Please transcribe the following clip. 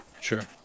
Sure